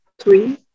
Three